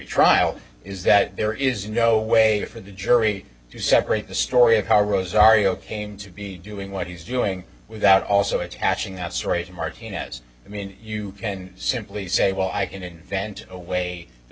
trial is that there is no way for the jury to separate the story of how rosario came to be doing what he's doing without also attaching that's right martinez i mean you can simply say well i can invent a way th